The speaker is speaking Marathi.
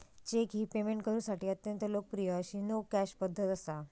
चेक ही पेमेंट करुसाठी अत्यंत लोकप्रिय अशी नो कॅश पध्दत असा